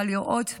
אבל לראות באמת.